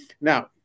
Now